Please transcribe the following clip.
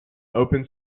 open